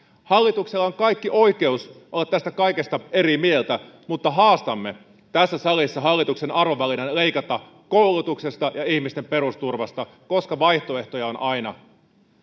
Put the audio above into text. hallituksella on kaikki oikeus olla tästä kaikesta eri mieltä mutta haastamme tässä salissa hallituksen arvovalinnan leikata koulutuksesta ja ihmisten perusturvasta koska vaihtoehtoja on aina